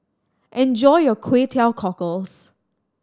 enjoy your Kway Teow Cockles